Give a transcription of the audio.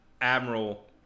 admiral